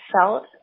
felt